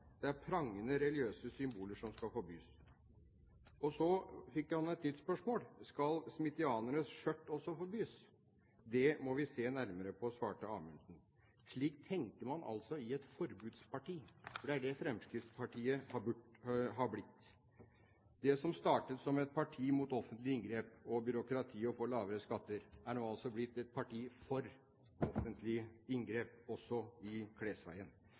Det er prangende religiøse symboler som skal forbys. Så fikk han et nytt spørsmål: Skal smithianernes skjørt også forbys? Det må vi se nærmere på, svarte Amundsen. Slik tenker man altså i et forbudsparti, for det er det Fremskrittspartiet har blitt. Det som startet som et parti mot offentlige inngrep og byråkrati og for lavere skatter, har altså nå blitt et parti for offentlige inngrep, også i klesveien.